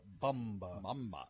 Bamba